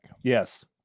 Yes